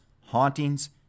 hauntings